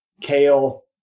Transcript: kale